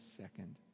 second